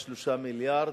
ב-3 מיליארד,